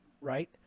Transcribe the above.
right